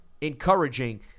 encouraging